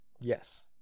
Yes